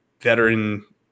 veteran